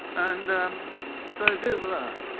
and um so google earth,